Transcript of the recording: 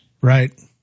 Right